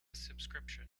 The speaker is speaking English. subscription